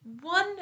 one